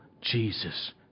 Jesus